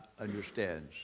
understands